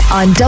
on